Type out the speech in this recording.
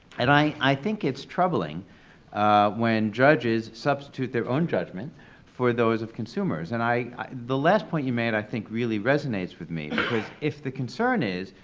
and i i think it's troubling when judges substitute their own judgment for those of consumers. and the last point you made, i think really resonates with me, because if the concern is,